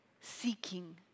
seeking